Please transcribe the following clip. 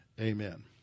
amen